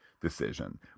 decision